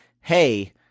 hey